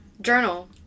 Journal